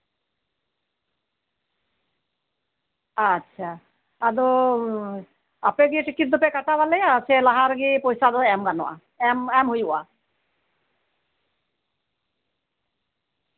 ᱟᱪᱪᱷᱟ ᱟᱫᱚ ᱟᱯᱮ ᱜᱮ ᱴᱤᱠᱤᱴ ᱫᱚᱯᱮ ᱠᱟᱴᱟᱣᱟᱞᱮᱭᱟ ᱥᱮ ᱞᱟᱦᱟ ᱨᱮᱜᱮ ᱯᱚᱭᱥᱟ ᱫᱚ ᱮᱢ ᱦᱩᱭᱩᱜᱼᱟ